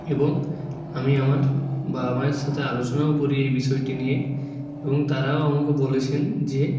এবং আমি আমার বাবা মায়ের সাথে আলোচনাও করি এই বিষয়টি নিয়ে এবং তারাও আমাকে বলেছেন যে